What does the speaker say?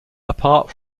apart